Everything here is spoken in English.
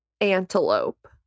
Antelope